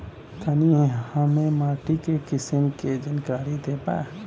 तनि हमें माटी के किसीम के जानकारी देबा?